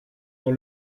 dans